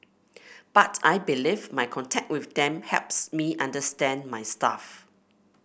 but I believe my contact with them helps me understand my staff